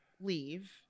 leave